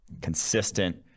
consistent